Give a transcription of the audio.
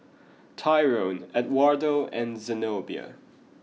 Tyrone Edwardo and Zenobia